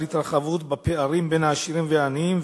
על התרחבות בפערים בין העשירים לעניים,